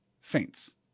faints